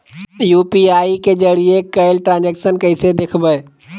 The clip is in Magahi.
यू.पी.आई के जरिए कैल ट्रांजेक्शन कैसे देखबै?